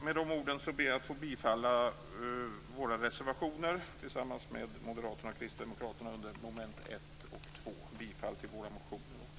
Med de orden yrkar jag bifall till våra reservationer tillsammans med Moderaterna och Kristdemokraterna under mom. 1 och mom. 2. Jag yrkar också bifall till våra motioner.